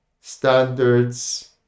standards